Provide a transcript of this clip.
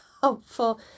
helpful